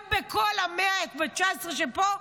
גם מבין כל ה-119 שיש פה,